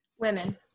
Women